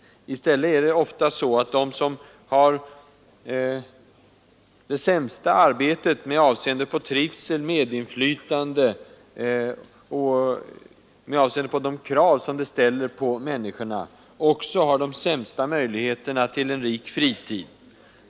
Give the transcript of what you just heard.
I stället är det oftast så att de, som har det sämsta arbetet med avseende på trivsel och medinflytande och med avseende på de krav som det ställer på människorna, också har de sämsta möjligheterna till en rik fritid.